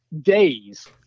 days